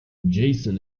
jason